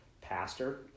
pastor